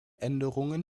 änderungen